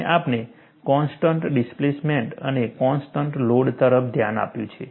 અને આપણે constant displacement અને કોન્સ્ટન્ટ લોડ તરફ ધ્યાન આપ્યું છે